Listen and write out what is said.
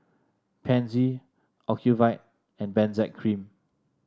Pansy Ocuvite and Benzac Cream